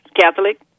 Catholic